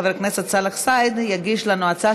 חבר הכנסת סאלח סעד יגיש לנו הצעה